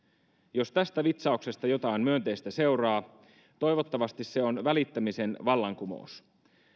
jos tästä vitsauksesta jotain myönteistä seuraa toivottavasti se on välittämisen vallankumous